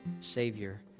Savior